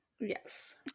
Yes